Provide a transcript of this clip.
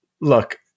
look